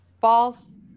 false